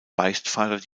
beichtvater